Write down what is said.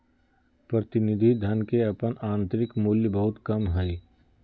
प्रतिनिधि धन के अपन आंतरिक मूल्य बहुत कम हइ